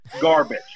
garbage